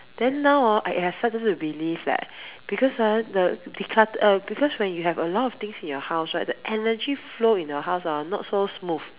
then now hor I I started to believe leh because ah the declut~ uh because when you have a lot of things in your house right the energy flow in your house hor not so smooth